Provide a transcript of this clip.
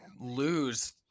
lose